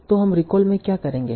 तो हम रिकॉल में क्या करेंगे